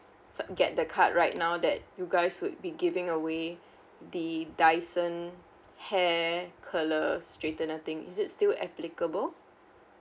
s~ get the card right now that you guys would be giving away the Dyson hair curler straighten the thing is it still applicable